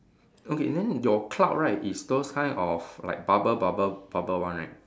okay then your cloud right is those kind of like bubble bubble bubble one right